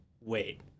wait